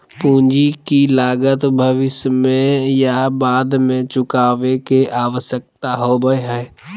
पूंजी की लागत भविष्य में या बाद में चुकावे के आवश्यकता होबय हइ